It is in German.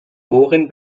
worin